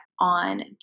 on